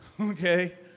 Okay